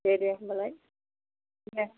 दे दे होनबालाय दे